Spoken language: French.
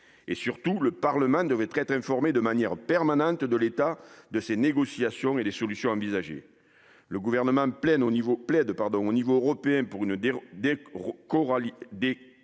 Surtout, le Parlement devrait être informé de manière permanente de l'état de ces négociations et des solutions envisagées. Le Gouvernement plaide à l'échelon européen pour une décorrélation